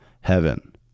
heaven